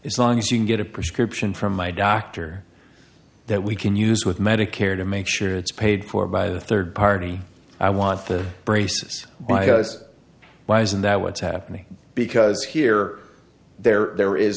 it's long as you can get a prescription from my doctor that we can use with medicare to make sure it's paid for by the third party i want the braces why isn't that what's happening because here there there is